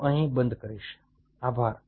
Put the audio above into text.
હું અહીં બંધ કરીશ આભાર